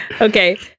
Okay